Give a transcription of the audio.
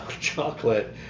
chocolate